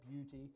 beauty